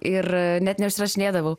ir net neužsirašinėdavau